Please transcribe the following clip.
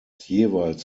jeweils